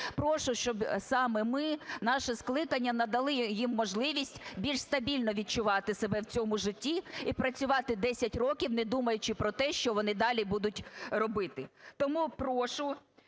прошу, щоб саме ми, наше скликання, надали їм можливість більш стабільно відчувати себе в цьому житті і працювати 10 років, не думаючи про те, що вони далі будуть робити. Тому прошу,